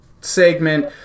segment